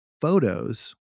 photos